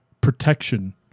protection